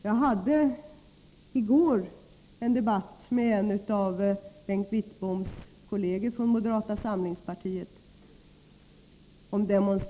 Jag hade i går en debatt om demonstrationsrätten med en av Bengt Wittboms kolleger i moderata samlingspartiet.